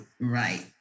right